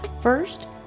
First